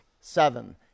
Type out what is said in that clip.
seven